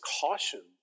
caution